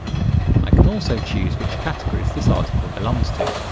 i can also choose which categories this article belongs to.